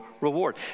reward